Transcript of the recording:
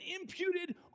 imputed